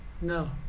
No